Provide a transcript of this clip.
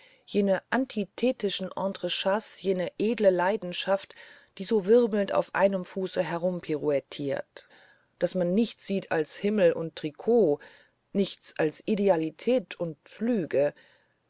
jene antithetischen entrechats jene edle leidenschaft die so wirbelnd auf einem fuße herumpirouettiert daß man nichts sieht als himmel und trikot nichts als idealität und lüge